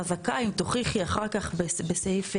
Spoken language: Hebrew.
חזקה אם תוכיחי אחר כך בסעיף,